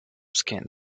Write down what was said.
skin